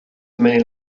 many